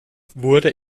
wurde